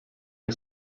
els